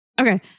Okay